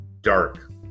dark